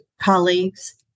colleagues